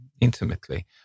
intimately